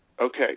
Okay